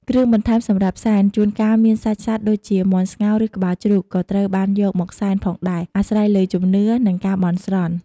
គ្រឿងបន្ថែមសម្រាប់សែន ជួនកាលមានសាច់សត្វដូចជា មាន់ស្ងោរ ឬក្បាលជ្រូក ក៏ត្រូវបានយកមកសែនផងដែរ អាស្រ័យលើជំនឿ និងការបន់ស្រន់។